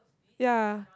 ya